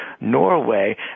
Norway